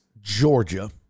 Georgia